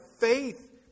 faith